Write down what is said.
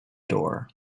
door